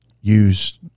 use